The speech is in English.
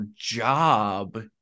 job